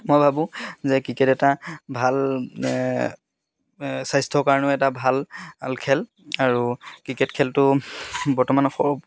মই ভাবোঁ যে ক্ৰিকেট এটা ভাল স্বাস্থ্যৰ কাৰণেও এটা ভাল খেল আৰু ক্ৰিকেট খেলটো বৰ্তমান